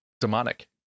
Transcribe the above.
Demonic